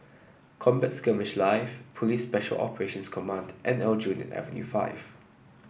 Combat Skirmish Live Police Special Operations Command and Aljunied Avenue Five